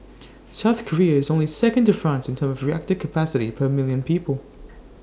south Korea is only second to France in terms of reactor capacity per million people